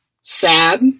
sad